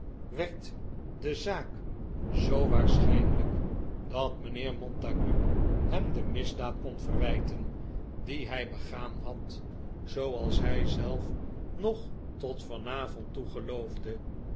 werd de zaak zoo waarschijnlijk dat mijnheer montague hem de misdaad kon verwijten die hij begaan had zooals hij zelf nog tot vanavond toe